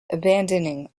abandoning